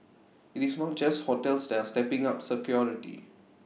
IT is not just hotels that are stepping up security